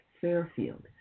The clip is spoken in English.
Fairfield